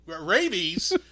Rabies